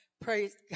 Praise